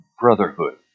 brotherhood